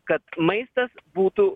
kad maistas būtų